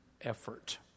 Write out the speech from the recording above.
effort